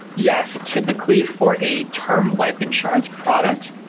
yes, typically for a term life insurance product,